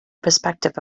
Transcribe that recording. perspective